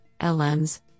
LMs